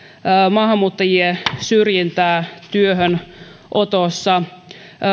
maahanmuuttajien syrjintää työhönotossa